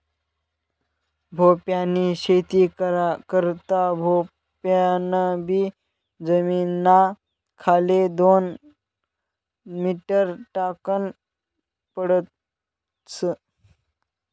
भोपयानी शेती करा करता भोपयान बी जमीनना खाले दोन मीटर टाकन पडस